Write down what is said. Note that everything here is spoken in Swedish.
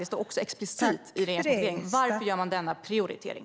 Det står också explicit i regeringens motivering. Varför gör man denna prioritering?